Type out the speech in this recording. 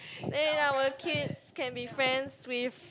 then our kids can be friends with